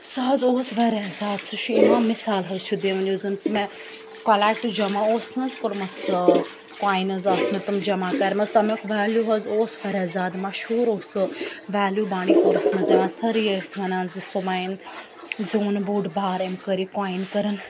سُہ حظ اوس واریاہ زیادٕ سُہ چھُ یِوان مِثال حظ چھِ دِوان یُس زَن سُہ مےٚ کۄلیٚکٹہٕ جمع اوس نَہ حظ کوٚرمُت سُہ کۄاینٕز آسہٕ مےٚ تِم جمع کَرمژٕ تَمیٛک ویلیٛوٗ حظ اوس واریاہ زیادٕ مَشہوٗر اوس سُہ ویلیٛوٗ بانڈی پوراہَس منٛز یِوان سٲری ٲسۍ وَنان زِ سُمیِہ ہَن زیٛوٗن بوٚڑ بارٕ أمۍ کٔر یہِ کۄایِن کٔرٕن